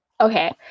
Okay